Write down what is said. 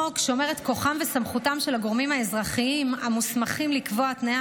החוק שומר את כוחם וסמכותם של הגורמים האזרחיים המוסמכים לקבוע תנאי